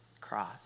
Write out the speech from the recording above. cross